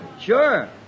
sure